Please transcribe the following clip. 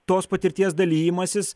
tos patirties dalijimasis